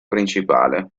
principale